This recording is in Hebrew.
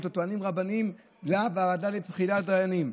והטוענים הרבניים בוועדה לבחירת דיינים.